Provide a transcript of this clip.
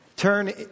Turn